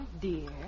dear